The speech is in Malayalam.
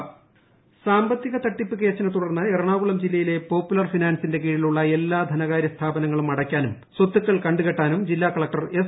പോപ്പുലർ ഫൈനാൻസ് സാമ്പത്തിക തട്ടിപ്പ് കേസിനെ തുടർന്ന് എറണാകുളം ജില്ലയിലെ പോപ്പുലർ ഫൈനാൻസിന്റെ കീഴിലുള്ള എല്ലാ ധനകാര്യ സ്ഥാപനങ്ങളും അടയ്ക്കാനും സ്വത്തുക്കൾ കണ്ടുകെട്ടാനും ജില്ലാ കളക്ടർ എസ്